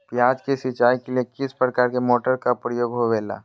प्याज के सिंचाई के लिए किस प्रकार के मोटर का प्रयोग होवेला?